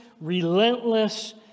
relentless